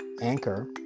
Anchor